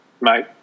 mate